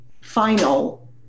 final